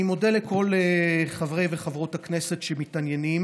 אני מודה לכל חברי וחברות הכנסת שמתעניינים